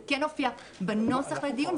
זה כן הופיע בנוסח לדיון,